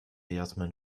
jasmin